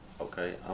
okay